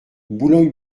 boulogne